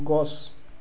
গছ